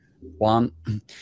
One